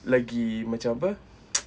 selagi macam apa